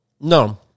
No